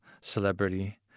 celebrity